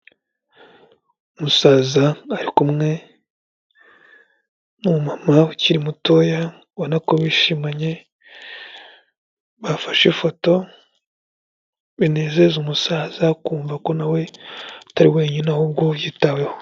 Umusaza ari kumwe numu mama ukiri mutoya ubona ko bishimanye, bafashe ifoto binezeza umusaza akumva ko nawe utari wenyine ahubwo yitaweho.